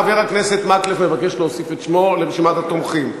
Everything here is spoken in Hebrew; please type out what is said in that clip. חבר הכנסת מקלב מבקש להוסיף את שמו לרשימת התומכים.